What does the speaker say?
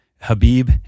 Habib